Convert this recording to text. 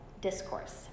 discourse